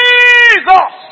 Jesus